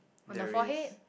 there is